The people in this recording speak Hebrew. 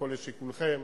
הכול לשיקולכם,